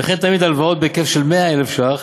וכן תעמיד הלוואות בהיקף של 100,000 ש"ח